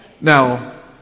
Now